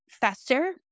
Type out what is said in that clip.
faster